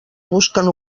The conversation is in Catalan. busquen